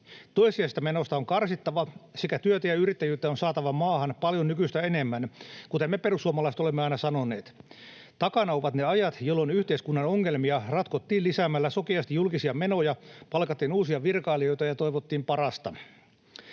Toissijaisista menoista on karsittava, sekä työtä ja yrittäjyyttä on saatava maahan paljon nykyistä enemmän, kuten me perussuomalaiset olemme aina sanoneet. Takana ovat ne ajat, jolloin yhteiskunnan ongelmia ratkottiin lisäämällä sokeasti julkisia menoja, palkattiin uusia virkailijoita ja toivottiin parasta.